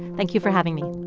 thank you for having me